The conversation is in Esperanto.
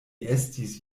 estis